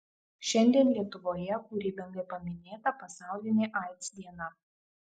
šiandien lietuvoje kūrybingai paminėta pasaulinė aids diena